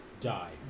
die